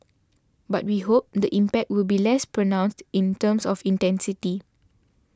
but we hope the impact will be less pronounced in terms of intensity